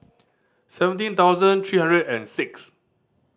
seventeen thousand three hundred and six